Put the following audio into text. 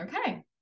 Okay